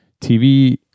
TV